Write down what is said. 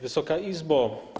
Wysoka Izbo!